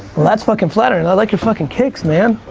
well that's fucking flattering. i like your fucking kicks man,